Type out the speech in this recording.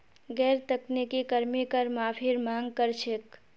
गैर तकनीकी कर्मी कर माफीर मांग कर छेक